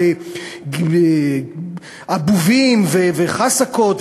לאבובים וחסקות,